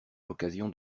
l’occasion